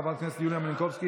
חברת הכנסת יוליה מלינובסקי,